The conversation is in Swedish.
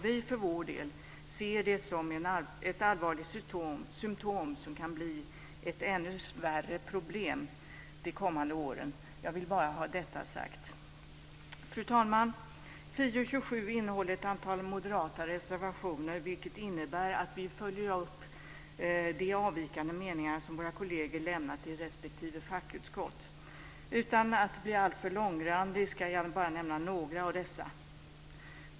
Vi för vår del ser det som ett allvarligt symtom som kan bli ett ännu värre problem de kommande åren. Jag vill bara ha detta sagt. Fru talman! Utan att bli alltför långrandig ska jag bara nämna några av dessa.